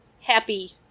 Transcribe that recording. happy